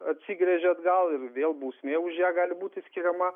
atsigręžia atgal ir vėl bausmė už ją gali būti skiriama